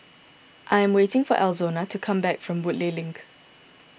I am waiting for Alonza to come back from Woodleigh Link